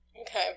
Okay